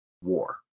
war